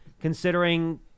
considering